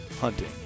hunting